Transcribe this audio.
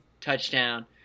touchdown